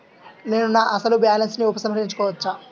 నేను నా అసలు బాలన్స్ ని ఉపసంహరించుకోవచ్చా?